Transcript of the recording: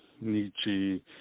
Nietzsche